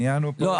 לא,